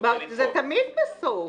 --- זה תמיד בסוף.